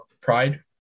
pride